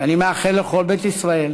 ואני מאחל לכל בית ישראל